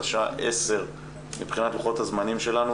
השעה עשר מבחינת לוחות הזמנים שלנו,